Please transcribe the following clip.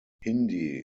hindi